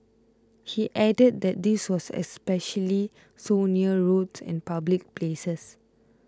he added that this was especially so near roads and public places